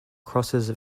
crosses